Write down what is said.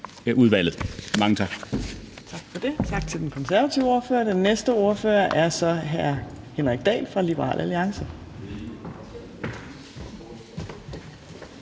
Mange tak.